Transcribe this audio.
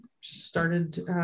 started